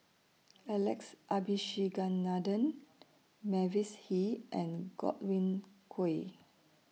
Alex Abisheganaden Mavis Hee and Godwin Koay